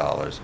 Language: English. dollars